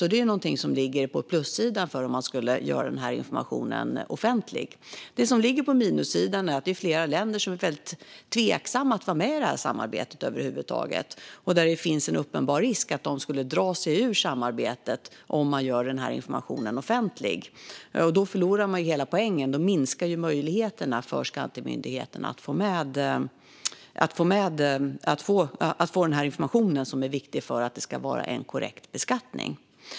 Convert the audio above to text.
Det är någonting som ligger på plussidan när det gäller att göra denna information offentlig. Det som ligger på minussidan är att det är flera länder som är väldigt tveksamma till att över huvud taget vara med i detta samarbete. Det finns en uppenbar risk att de skulle dra sig ur samarbetet om denna information görs offentlig. Då förlorar man hela poängen. Då minskar möjligheterna för skattemyndigheterna att få denna information, som är viktig för att det ska vara en korrekt beskattning.